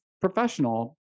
professional